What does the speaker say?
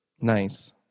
Nice